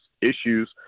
issues